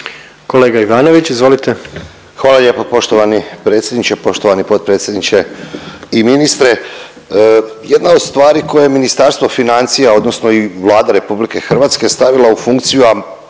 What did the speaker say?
**Ivanović, Goran (HDZ)** Hvala lijepo poštovani predsjedniče. Poštovani potpredsjedniče i ministre. Jedna od stvari koju je Ministarstvo financija odnosno i Vlada RH stavila u funkciju,